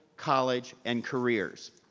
college, and careers,